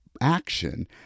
action